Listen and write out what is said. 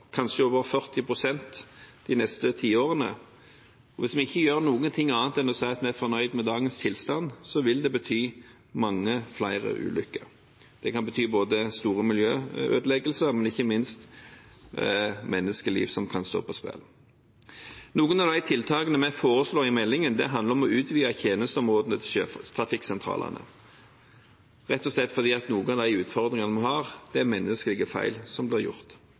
kanskje over 40 pst. de neste ti årene. Hvis vi ikke gjør noe annet enn å si at vi er fornøyd med dagens tilstand, vil det bety mange flere ulykker. Det kan bety store miljøødeleggelser, men ikke minst kan menneskeliv stå på spill. Noen av de tiltakene vi foreslår i meldingen, handler om å utvide tjenesteområdet til sjøtrafikksentralene – rett og slett fordi noen av de utfordringene vi har, er menneskelige feil som blir gjort.